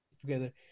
together